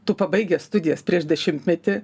tu pabaigęs studijas prieš dešimtmetį